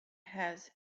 has